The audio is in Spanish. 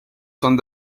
son